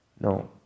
no